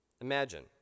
Imagine